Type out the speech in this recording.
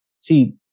See